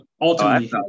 ultimately